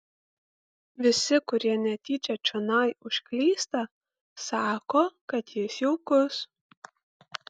visi kurie netyčia čionai užklysta sako kad jis jaukus